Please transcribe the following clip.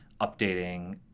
updating